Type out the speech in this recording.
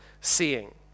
seeing